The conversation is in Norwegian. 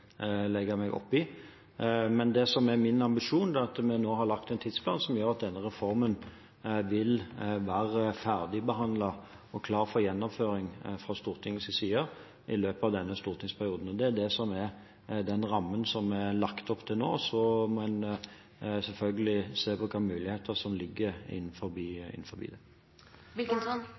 legge meg opp i. Men det som er min ambisjon, er at vi nå har lagt en tidsplan som gjør at denne reformen vil være ferdigbehandlet og klar for gjennomføring fra Stortingets side i løpet av denne stortingsperioden. Det er den rammen som det er lagt opp til nå. Så må en selvfølgelig se på hvilke muligheter som ligger innenfor den. Da har jeg et spørsmål om noe annet. Statsråden svarte til Arbeiderpartiet at det